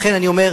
לכן אני אומר,